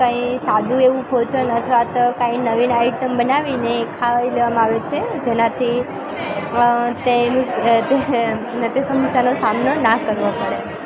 કંઈ સાદું એવું ભોજન અથવા તો કંઈ નવીન આઈટમ બનાવીને ખાઈ લેવામાં આવે છે જેનાથી અ તેનું જે તે સમસ્યાનો સામનો ન કરવો પડે